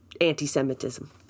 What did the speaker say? anti-Semitism